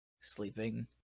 sleeping